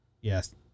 Yes